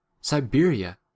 Siberia